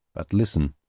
but listen,